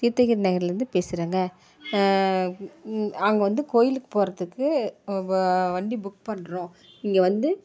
தீர்த்தகிரி நகர்லேருந்து பேசுறங்க அங்கே வந்து கோவிலுக்கு போகிறத்துக்கு வண்டி புக் பண்ணுறோம் இங்கே வந்து